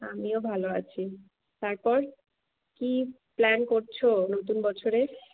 আমিও ভালো আছি তারপর কী প্ল্যান করছ নতুন বছরের